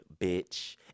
bitch